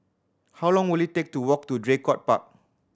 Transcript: how long will it take to walk to Draycott Park